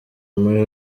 muri